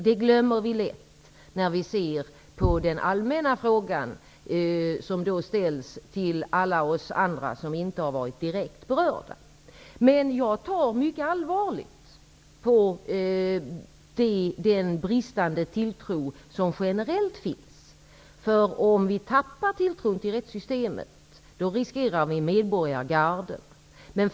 Det glömmer vi lätt när vi ser på den allmänna frågan som ställs till alla oss andra som inte har varit direkt berörda. Men jag tar mycket allvarligt på den bristande tilltro som generellt finns. Om vi tappar tilltron till rättssystemet riskerar vi att få medborgargarden.